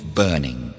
burning